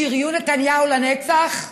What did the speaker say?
שריון נתניהו לנצח?